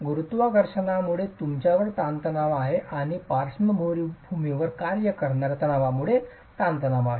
गुरुत्वाकर्षणामुळे तुमच्यावर ताणतणाव आहे आणि पार्श्वभूमीवर कार्य करणार्या तणावामुळे ताणतणाव आहे